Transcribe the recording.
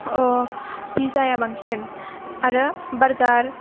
पिजाया बांसिन आरो बारगार